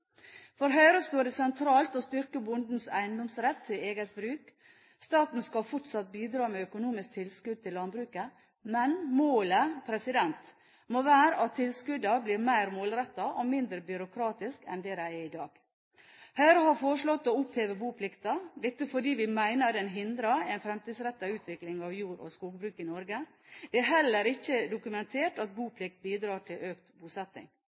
For Høyre står det sentralt å styrke bondens eiendomsrett til eget bruk. Staten skal fortsatt bidra med økonomisk tilskudd til landbruket. Men målet må være at tilskuddene blir mer målrettede og mindre byråkratiske enn de er i dag. Høyre har foreslått å oppheve boplikten – dette fordi vi mener den hindrer en fremtidsrettet utvikling av jord- og skogbruk i Norge. Det er heller ikke dokumentert at boplikt bidrar til økt bosetting.